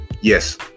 Yes